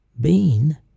Bean